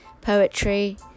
poetry